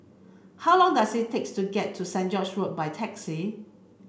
how long does it takes to get to Saint George's Road by taxi